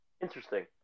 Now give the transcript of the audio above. Interesting